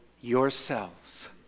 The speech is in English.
yourselves